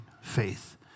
faith